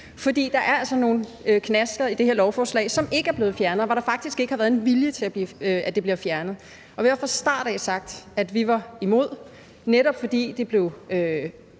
skidt. Der er altså nogle knaster i det her lovforslag, som ikke er blevet fjernet, og hvor der faktisk ikke har været en vilje til at fjerne dem. Vi har fra start af sagt, at vi var imod, netop fordi det blev